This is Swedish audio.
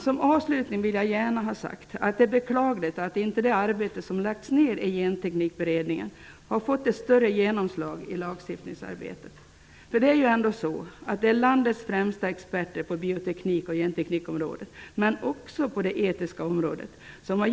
Som avslutning vill jag gärna ha sagt att det är beklagligt att det arbete som lagts ned i Genteknikberedningen inte har fått ett större genomslag i lagstiftningsarbetet. Underlaget för beredningens ställningstagande har ändå utarbetats av landets främsta experter på bioteknik och genteknikområdet liksom också på det etiska området.